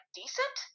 decent